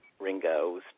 Ringo's